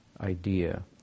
idea